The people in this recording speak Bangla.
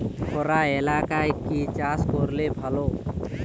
খরা এলাকায় কি চাষ করলে ভালো?